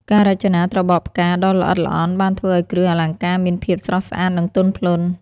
ការរចនាត្របកផ្កាដ៏ល្អិតល្អន់បានធ្វើឱ្យគ្រឿងអលង្ការមានភាពស្រស់ស្អាតនិងទន់ភ្លន់។